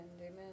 amen